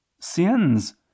sins